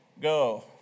Go